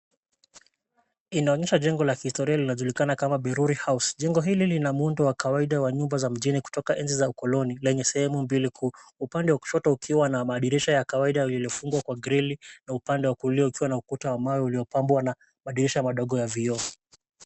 Inaonyesha jengo la kihistoria linalojulikana kama Biruri House. Jengo hili lina muundo wa kawaida wa nyumba za mjini kutoka enzi za ukoloni lenye sehemu mbili kuu, upande wa kushoto ukiwa na madirisha ya kawaida iliyofungwa kwa grilli na upande wa kulia ukiwa na ukuta wa mawe uliopambwa na madirisha madogo ya vioo.